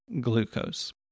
glucose